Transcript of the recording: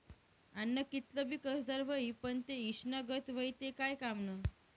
आन्न कितलं भी कसदार व्हयी, पन ते ईषना गत व्हयी ते काय कामनं